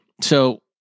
So-